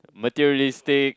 materialistic